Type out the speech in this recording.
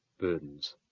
burdens